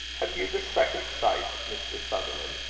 have you the second-sight, mr. sutherland?